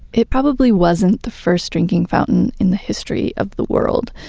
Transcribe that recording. it probably wasn't the first drinking fountain in the history of the world,